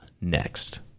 next